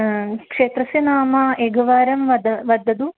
क्षेत्रस्य नाम एकवारं वद वदतु